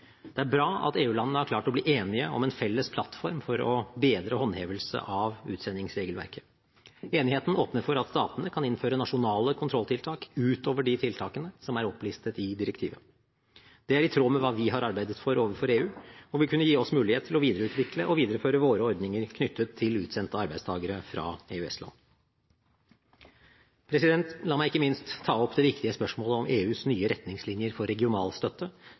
Det er bra at EU-landene har klart å bli enige om en felles plattform for bedre håndhevelse av utsendingsregelverket. Enigheten åpner for at statene kan innføre nasjonale kontrolltiltak utover de tiltakene som er opplistet i direktivet. Det er i tråd med hva vi har arbeidet for overfor EU, og vil kunne gi oss mulighet til å videreutvikle og videreføre våre ordninger knyttet til utsendte arbeidstakere fra EØS-land. La meg ikke minst ta opp det viktige spørsmålet om EUs nye retningslinjer for regionalstøtte,